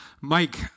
Mike